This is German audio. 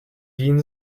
wien